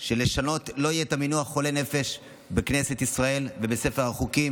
לשנות כך שלא יהיה המינוח "חולי נפש" בכנסת ישראל ובספר החוקים.